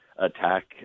attack